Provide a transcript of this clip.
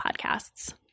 Podcasts